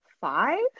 five